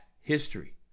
history